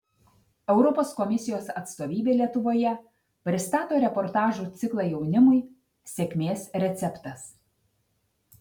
europos komisijos atstovybė lietuvoje pristato reportažų ciklą jaunimui sėkmės receptas